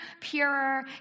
purer